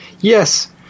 Yes